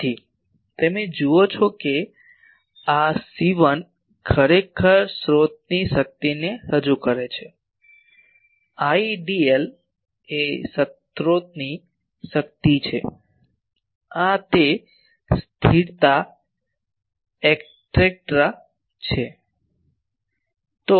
તેથી તમે જુઓ છો કે આ C1 ખરેખર સ્રોતની શક્તિને રજૂ કરે છે Idl એ સ્રોતની શક્તિ છે આ તે અચળ ઇક્ટેટેરા વગેરે છે